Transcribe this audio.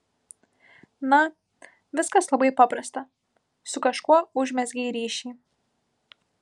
na viskas labai paprasta su kažkuo užmezgei ryšį